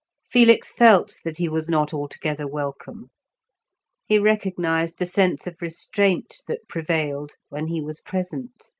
felix felt that he was not altogether welcome he recognised the sense of restraint that prevailed when he was present.